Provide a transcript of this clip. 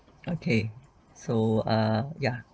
okay so err ya